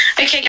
Okay